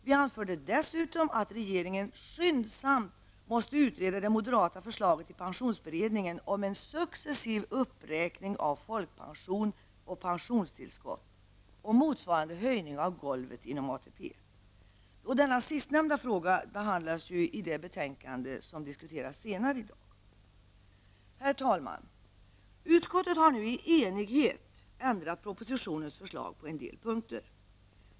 Vi anförde dessutom att regeringen skyndsamt måste utreda det moderata förslaget i pensionsberedningen om en successiv uppräkning av folkpension och pensionstillskott och motsvarande höjning av ''golvet'' inom ATP. Denna sistnämnda fråga behandlas i det betänkande som diskuteras senare i dag. Herr talman! Utskottet har nu i enighet ändrat propositionens förslag på en del punkter.